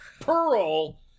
pearl